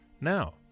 Now